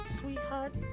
Sweetheart